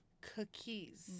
cookies